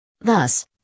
Thus